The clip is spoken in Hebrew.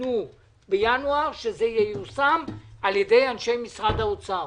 שניתן בינואר, ייושם על ידי אנשי משרד האוצר.